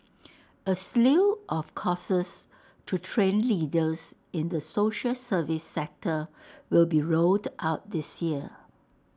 A slew of courses to train leaders in the social service sector will be rolled out this year